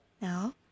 Now